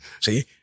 See